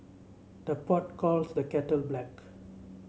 the pot calls the kettle black